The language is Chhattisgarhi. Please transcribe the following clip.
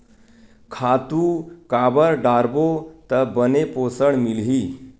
खातु काबर डारबो त बने पोषण मिलही?